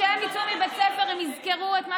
ושכשהם יצאו מבית ספר הם יזכרו את מה